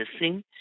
missing